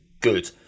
good